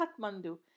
katmandu